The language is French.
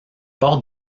port